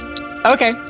Okay